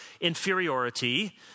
inferiority